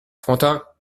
frontin